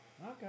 Okay